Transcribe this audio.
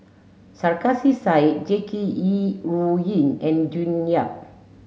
Sarkasi Said Jackie Yi Ru Ying and June Yap